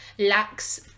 lacks